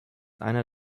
einer